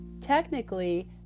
technically